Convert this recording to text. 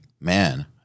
man